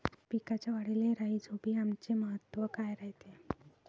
पिकाच्या वाढीले राईझोबीआमचे महत्व काय रायते?